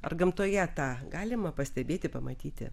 ar gamtoje tą galima pastebėti pamatyti